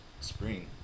spring